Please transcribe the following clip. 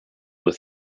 were